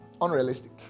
unrealistic